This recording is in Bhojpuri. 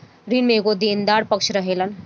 ऋण में एगो देनदार पक्ष रहेलन